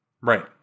Right